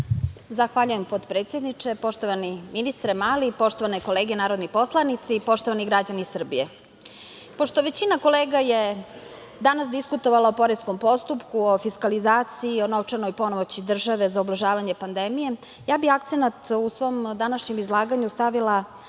Zahvaljujem potpredsedniče. Poštovani ministre Mali i poštovane kolege narodni poslanici, i poštovani građani Srbije, pošto većina kolega je danas diskutovalo o poreskom postupku, o fiskalizaciji i o novčanoj punomoći države za ublažavanje pandemije, akcenat bih u svom današnjem izlaganju stavila